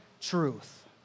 truth